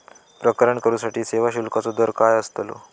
प्रकरण करूसाठी सेवा शुल्काचो दर काय अस्तलो?